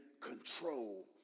control